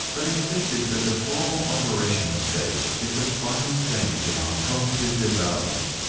but insisted that the formal operational stage is the final stage of our cognitive development.